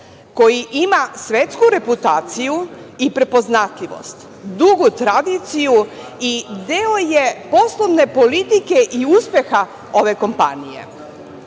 koji ima svetsku reputaciju i prepoznatljivost, dugu tradiciju i deo je poslovne politike i uspeha ove kompanije.U